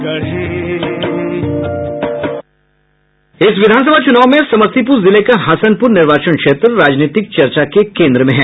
bite इस विधान सभा चुनाव में समस्तीपुर जिले का हसनपुर निर्वाचन क्षेत्र राजनीतिक चर्चा के केंद्र में है